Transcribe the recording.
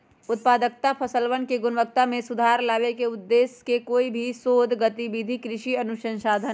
उत्पादकता और फसलवन के गुणवत्ता में सुधार लावे के उद्देश्य से कोई भी शोध गतिविधि कृषि अनुसंधान हई